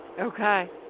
Okay